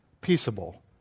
peaceable